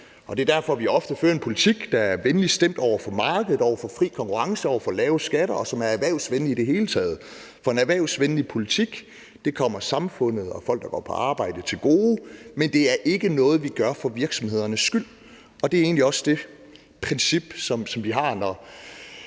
det er derfor, vi ofte fører en politik, der er venligt stemt over for markedet, over for fri konkurrence og over for lave skatter, og som er erhvervsvenlig i det hele taget. For en erhvervsvenlig politik kommer samfundet og folk, der går på arbejde, til gode, men det er ikke noget, vi gør for virksomhedernes skyld, og det er egentlig også det princip, som vi har, når